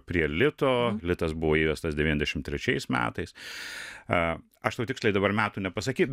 prie lito litas buvo įvestas devynisadešim trečiais metais aš tau tikslai dabar metų nepasakyt